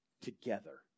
together